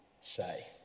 say